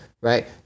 Right